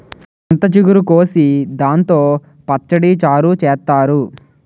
చింత చిగురు కోసి దాంతో పచ్చడి, చారు చేత్తారు